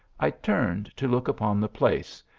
i turned to look upon the place,